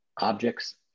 objects